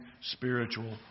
spiritual